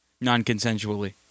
non-consensually